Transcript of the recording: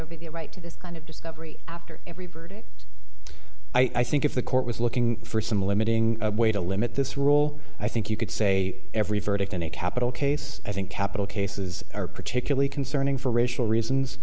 a right to this kind of discovery after everybody i think if the court was looking for some limiting way to limit this rule i think you could say every verdict in a capital case i think capital cases are particularly concerning for racial